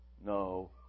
No